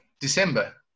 December